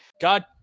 God